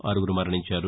ఆరుగురు మరణించారు